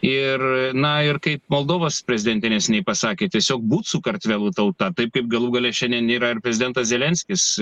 ir na ir kaip moldovos prezidentė neseniai pasakė tiesiog būt su kartvelų tauta taip kaip galų gale šiandien yra ir prezidentas zelenskis